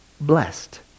blessed